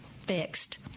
fixed